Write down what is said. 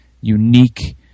unique